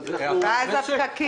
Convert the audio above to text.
גם את הפקקים,